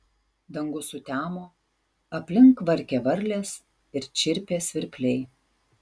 dangus sutemo aplink kvarkė varlės ir čirpė svirpliai